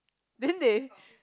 then they